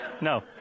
No